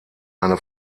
eine